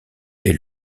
est